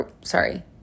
sorry